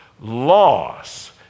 loss